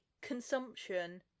consumption